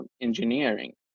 engineering